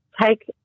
Take